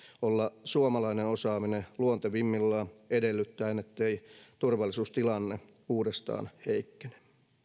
olla suomalainen osaaminen luontevimmillaan edellyttäen ettei turvallisuustilanne uudestaan heikkene